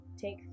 Take